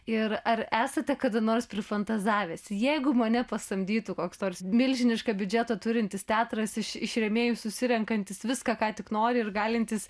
ir ar esate kada nors prifantazavęs jeigu mane pasamdytų koks nors milžinišką biudžetą turintis teatras iš iš rėmėjų susirenkantis viską ką tik nori ir galintis